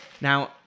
Now